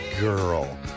Girl